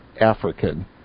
African